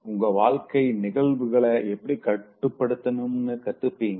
உங்க வாழ்க்கை நிகழ்வுகள எப்படி கட்டுப்படுத்தனும்னு கத்துப்பீங்க